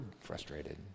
frustrated